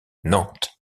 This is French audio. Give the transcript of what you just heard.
nantes